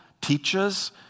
teaches